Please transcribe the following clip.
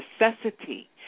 necessity